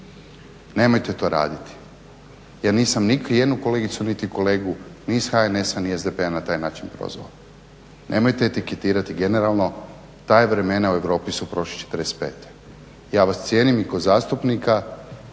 Nemojte to raditi. Ja nisam niti jednu kolegicu niti kolegu ni iz HNS-a ni SDP-a na taj način prozvao. Nemojte etiketirati generalno, ta vremena u Europi su prošla '45. Ja vas cijenim i kao zastupnika